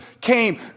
came